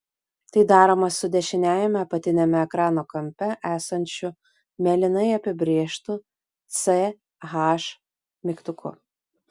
tai daroma su dešiniajame apatiniame ekrano kampe esančiu mėlynai apibrėžtu ch mygtuku